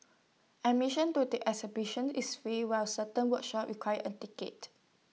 admission to the exhibition is free while certain workshops require A ticket